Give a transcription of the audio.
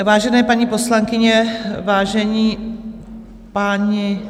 Vážené paní poslankyně, vážení páni...